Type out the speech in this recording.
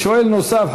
שואל נוסף,